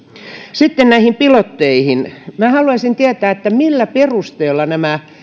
sitten näihin pilotteihin haluaisin tietää millä perusteella nämä